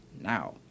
now